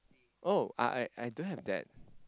oh I I I don't have that